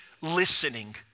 listening